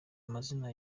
amazina